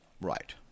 Right